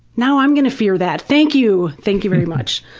now i'm gonna fear that. thank you. thank you very much.